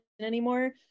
anymore